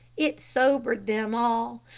it sobered them all.